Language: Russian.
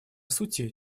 сути